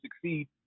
succeed